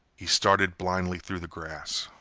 he started blindly through the grass.